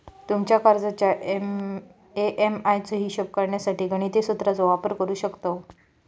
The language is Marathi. तुमच्या कर्जाच्या ए.एम.आय चो हिशोब करण्यासाठी गणिती सुत्राचो वापर करू शकतव